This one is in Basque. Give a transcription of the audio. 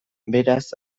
beraz